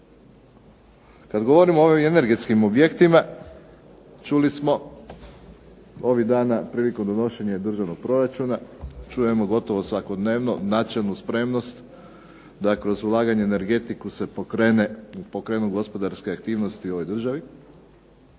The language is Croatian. Kada govorimo o ovim energetskim projektima, čuli smo ovih dana prilikom donošenja Državnog proračuna, čujemo gotovo svakodnevno načelnu spremnost da kroz ulaganje i energetiku se pokrenu gospodarske aktivnosti u ovoj državi,